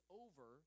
over